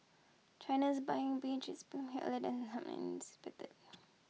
China's buying binge is earlier than some expected